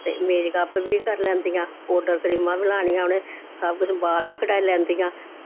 ते मेकअप बी करी लैंदियां पाउडर क्रीमां बी लानियां उ'नें सबकिश बाल बी कटाई लैंदियां